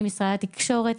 עם משרד התקשורת,